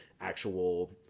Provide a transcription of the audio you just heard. actual